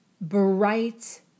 bright